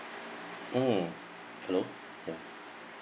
mm oh ya